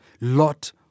Lot